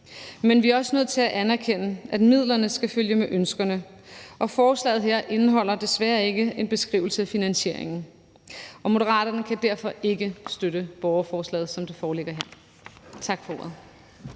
Men vi er også nødt til at anerkende, at midlerne skal følge med ønskerne, og forslaget her indeholder desværre ikke en beskrivelse af finansieringen. Moderaterne kan derfor ikke støtte borgerforslaget, som det foreligger her. Tak for ordet.